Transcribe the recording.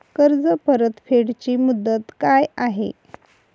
कर्ज परतफेड ची मुदत काय आहे?